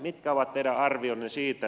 mitkä ovat teidän arvionne siitä